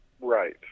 Right